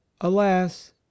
alas